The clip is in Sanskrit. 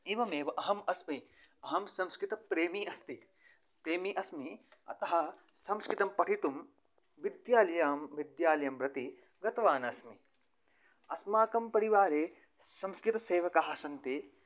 एवमेव अहम् अस्मि अहं संस्कृतप्रेमी अस्मि प्रेमी अस्मि अतः संस्कृतं पठितुं विद्यालयं विद्यालयं प्रति गतवान् अस्मि अस्माकं परिवारे संस्कृतसेवकाः सन्ति